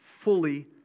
fully